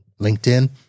LinkedIn